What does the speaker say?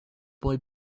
boy